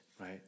right